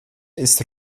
ist